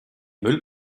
müll